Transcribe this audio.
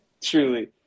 Truly